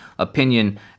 opinion